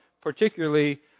particularly